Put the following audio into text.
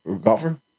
Golfer